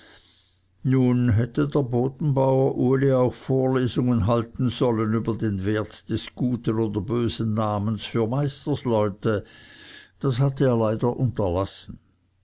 nun hätte der bodenbauer uli auch vorlesungen halten sollen über den wert des guten oder bösen namens für meisterleute das hatte er leider unterlassen